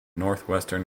northwestern